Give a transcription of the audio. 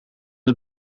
het